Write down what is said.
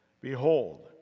Behold